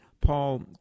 Paul